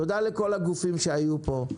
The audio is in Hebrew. תודה לכל הגופים שהיו פה,